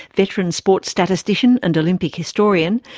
veteran sports statistician and olympic historian,